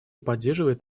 поддерживает